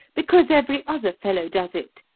because every other fellow does it,